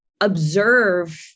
observe